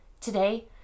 Today